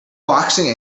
boxing